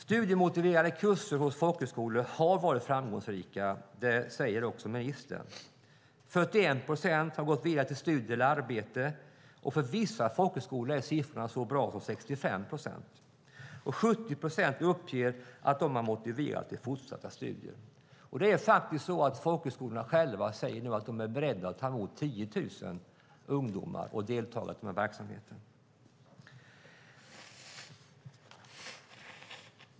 Studiemotiverande kurser vid folkhögskolor har varit framgångsrika. Det säger också ministern. 41 procent har gått vidare till studier eller arbete, och för vissa folkhögskolor är siffrorna så bra som 65 procent. 70 procent uppger att folkhögskolan har motiverat dem till fortsatta studier. Nu säger folkhögskolorna att de är beredda att ta emot 10 000 ungdomar som kan delta i verksamheten.